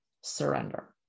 surrender